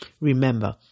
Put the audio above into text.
Remember